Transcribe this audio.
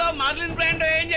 ah marlin brando